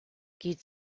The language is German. geht